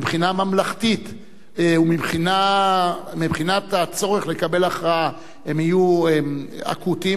מבחינה ממלכתית ומבחינת הצורך לקבל הכרעה הם יהיו אקוטיים,